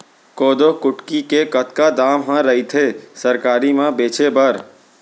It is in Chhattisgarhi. कोदो कुटकी के कतका दाम ह रइथे सरकारी म बेचे बर?